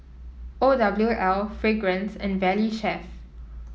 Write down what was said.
O W L Fragrance and Valley Chef